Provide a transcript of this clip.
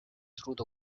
through